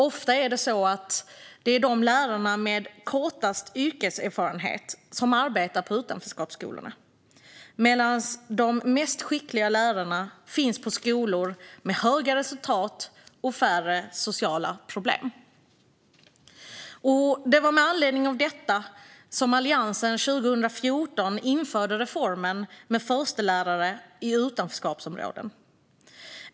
Ofta är det lärarna med kortast yrkeserfarenhet som arbetar på utanförskapsskolorna medan de skickligaste lärarna finns på skolor med höga resultat och färre sociala problem. Det var med anledning av detta som Alliansen 2014 införde reformen med förstelärare i utanförskapsområden.